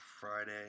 Friday